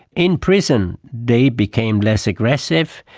in prison they became less aggressive,